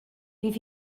bydd